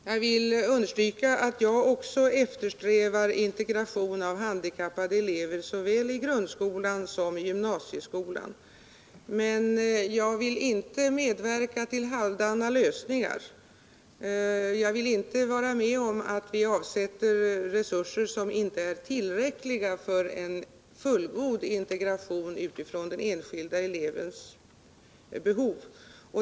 Herr talman! Jag vill understryka att också jag eftersträvar integration av handikappade elever såväl i grundskolan som i gymnasieskolan. Men jag vill inte medverka till halvdana lösningar. Jag vill inte vara med om att vi avsätter resurser som inte är tillräckliga för en fullgod integration utifrån den enskilda elevens behov.